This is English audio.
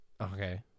Okay